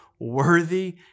worthy